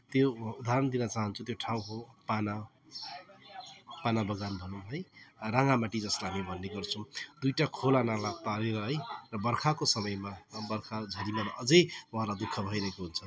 त्यो उदाहरण दिन चाहन्छु त्यो ठाउँ हो पाना पाना बगान भनौँ है राङामाटी जसलाई हामी भन्ने गर्छौँ दुइवटा खोला नाला तरेर है र बर्खाको समयमा र बर्खा झरीमा अझ उहाँहरूलाई दुःख भइरहेको हुन्छ